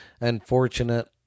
unfortunate